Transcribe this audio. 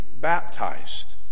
baptized